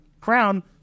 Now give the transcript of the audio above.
crown